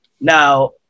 Now